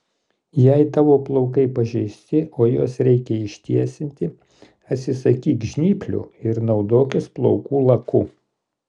jei tavo plaukai pažeisti o juos reikia ištiesinti atsisakyk žnyplių ir naudokis plaukų laku